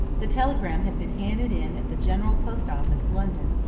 the telegram had been handed in at the general post office, london,